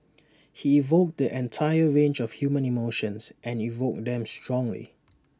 he evoked the entire range of human emotions and evoked them strongly